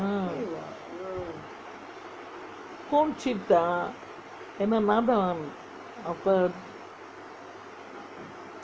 mm home cheap தான் ஏன்னா நா தான் அப்பே:thaan yenna naa thaan appae